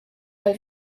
weil